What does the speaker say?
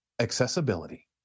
Accessibility